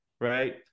right